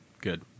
Good